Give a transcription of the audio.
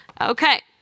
Okay